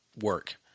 work